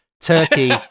turkey